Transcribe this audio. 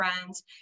friends